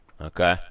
okay